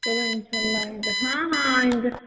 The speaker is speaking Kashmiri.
چلو اِنشاء اللہ آیِنٛدٕ ہاں ہاں آیِنٛدٕ